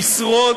תשרוד,